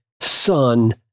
Son